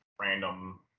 random